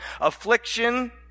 Affliction